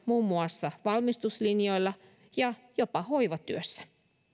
muun muassa valmistuslinjoilla ja jopa hoivatyössä